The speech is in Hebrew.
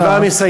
אני כבר מסיים.